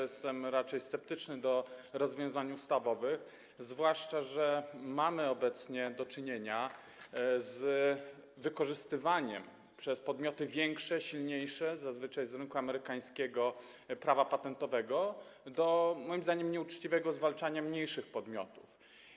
Jestem raczej sceptyczny, jeśli chodzi o rozwiązania ustawowe, zwłaszcza że mamy obecnie do czynienia z wykorzystywaniem przez podmioty większe, silniejsze, zazwyczaj z rynku amerykańskiego, prawa patentowego do moim zdaniem nieuczciwego zwalczania mniejszych podmiotów.